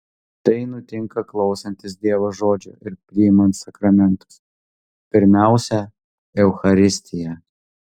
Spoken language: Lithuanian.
tai nutinka klausantis dievo žodžio ir priimant sakramentus pirmiausia eucharistiją